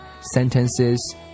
sentences